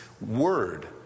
word